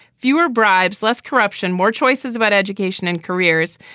fewer bribes, less corruption, more choices about education and careers.